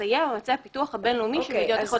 לסייע בנושא הפיתוח הבין-לאומי שמדינות צריכות --- אוקיי.